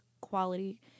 quality